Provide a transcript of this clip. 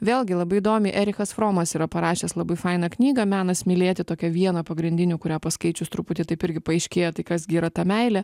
vėlgi labai įdomiai erichas fromas yra parašęs labai fainą knyga menas mylėti tokią vieną pagrindinių kurią paskaičius truputį taip irgi paaiškėja tai kas gi yra ta meilė